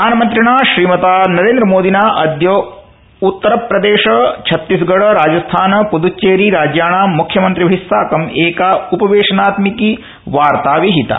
प्रधानमंत्रिणा श्रीमता नरेन्द्रमोदिना अद्य उत्तरप्रदेश छतीसगढ़ राजस्थान प्ड्येरि राज्याणाम् म्ख्यमन्त्रिभि साकम् एका उपवेशनात्मिकी वार्ता विहिता